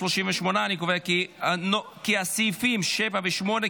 38. אני קובע כי סעיפים 7 8,